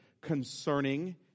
concerning